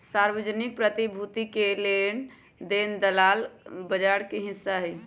सार्वजनिक प्रतिभूति के लेन देन दलाल बजार के हिस्सा हई